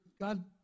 God